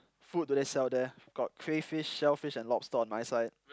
food do they sell there got crayfish shellfish and lobster on my side